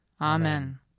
Amen